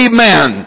Amen